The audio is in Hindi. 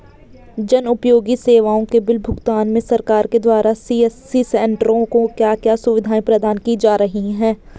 जन उपयोगी सेवाओं के बिल भुगतान में सरकार के द्वारा सी.एस.सी सेंट्रो को क्या क्या सुविधाएं प्रदान की जा रही हैं?